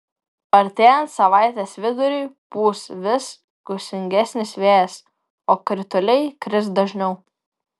artėjant savaitės viduriui pūs vis gūsingesnis vėjas o krituliai kris dažniau